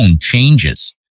changes